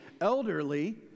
elderly